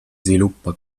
sviluppa